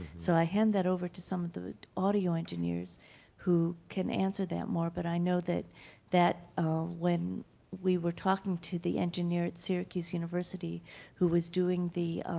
so i hand that over to some of the audio engineers who can answer that more. but i know that that when we were talking to the engineer at syracuse university who was doing the